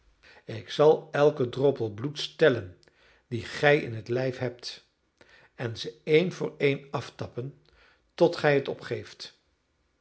ik zal elken droppel bloeds tellen dien gij in het lijf hebt en ze een voor een aftappen tot gij het opgeeft